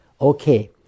Okay